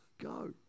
go